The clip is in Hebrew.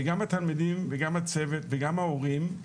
וגם התלמידים וגם הצוות וגם ההורים,